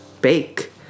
bake